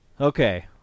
Okay